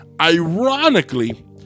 Ironically